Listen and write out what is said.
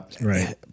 Right